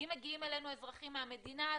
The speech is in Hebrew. אם מגיעים אלינו אזרחים מהמדינה הזו,